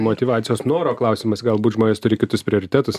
motyvacijos noro klausimas galbūt žmonės turi kitus prioritetus